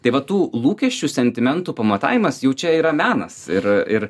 tai va tų lūkesčių sentimentų pamatavimas jau čia yra menas ir ir